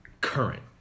current